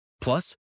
Plus